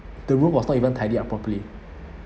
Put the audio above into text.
the room was not even tidied up properly